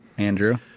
Andrew